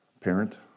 parent